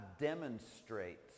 demonstrates